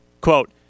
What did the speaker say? Quote